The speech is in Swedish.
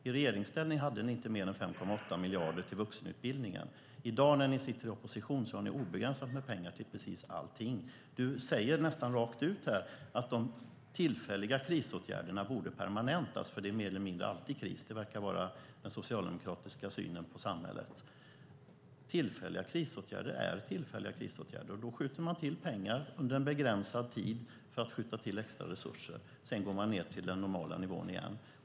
I regeringsställning hade ni inte mer än 5,8 miljarder till vuxenutbildningen. I dag när ni sitter i opposition har ni obegränsat med pengar till precis allting. Gunilla Svantorp säger nästan rakt ut att de tillfälliga krisåtgärderna borde permanentas, för det är mer eller mindre alltid kris. Det verkar vara den socialdemokratiska synen på samhället. Tillfälliga krisåtgärder är tillfälliga. Man skjuter till extra resurser under en begränsad tid för att sedan gå ned till den normala nivån.